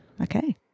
okay